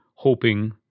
hoping